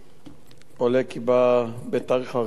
עולה כי בתאריך 4 ביוני,